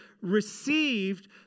received